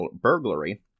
burglary